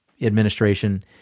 administration